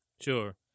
Sure